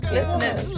Listeners